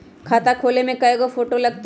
खाता खोले में कइगो फ़ोटो लगतै?